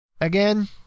Again